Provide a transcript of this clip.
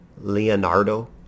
Leonardo